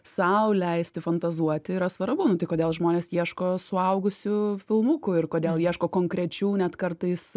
sau leisti fantazuoti yra svarbu nu tai kodėl žmonės ieško suaugusių filmukų ir kodėl ieško konkrečių net kartais